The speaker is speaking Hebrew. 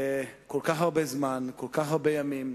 כל כך הרבה זמן, כל כך הרבה ימים.